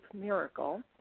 miracle